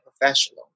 professional